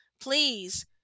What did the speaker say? please